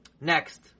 Next